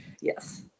Yes